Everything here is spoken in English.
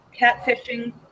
catfishing